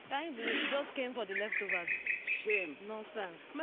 but i believe she just came for the leftovers. shame. no sense.